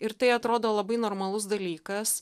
ir tai atrodo labai normalus dalykas